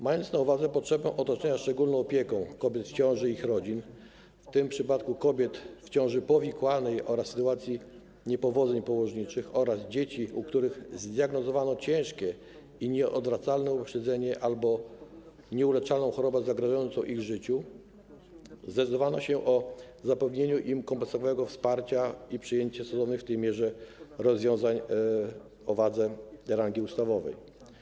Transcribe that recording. Mając na uwadze potrzebę otoczenia szczególną opieką kobiet w ciąży i ich rodzin, w tym przypadku kobiet w ciąży powikłanej i w sytuacji niepowodzeń położniczych oraz dzieci, u których zdiagnozowano ciężkie i nieodwracalne upośledzenie albo nieuleczalną chorobę zagrażającą ich życiu, zdecydowano o zapewnieniu im kompleksowego wsparcia i przyjęciu stosowanych w tej mierze rozwiązań o wadze rangi ustawowej.